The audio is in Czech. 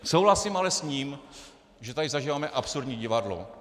Souhlasím ale s ním, že tady zažíváme absurdní divadlo.